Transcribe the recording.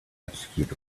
execute